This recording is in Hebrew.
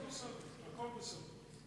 הכול בסדר.